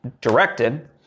directed